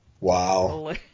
Wow